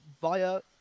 via